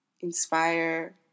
inspire